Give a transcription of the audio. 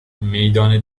میدان